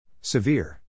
Severe